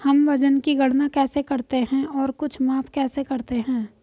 हम वजन की गणना कैसे करते हैं और कुछ माप कैसे करते हैं?